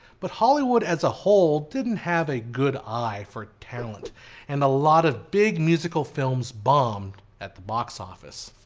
but hollywood as a whole didn't have a good eye for talent and a lot of big musical films bombed at the box office.